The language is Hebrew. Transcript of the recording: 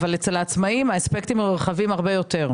אבל אצל העצמאים האספקטים רחבים הרבה יותר.